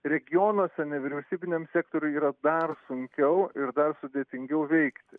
regionuose nevyriausybiniam sektoriui yra dar sunkiau ir dar sudėtingiau veikti